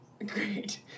Great